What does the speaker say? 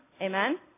amen